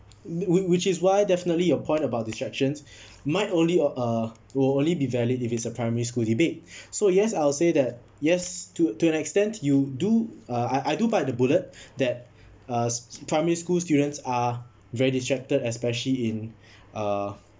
wh~ which is why definitely your point about distractions might only o~ uh will only be valid if it's a primary school debate so yes I'll say that yes to to an extent you do uh I I do bite the bullet that uh primary school students are very distracted especially in uh